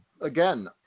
Again